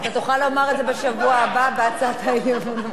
אתה תוכל לומר את זה בשבוע הבא בהצעת האי-אמון.